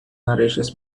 nourishes